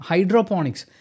Hydroponics